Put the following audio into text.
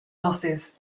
losses